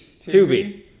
Tubi